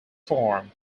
form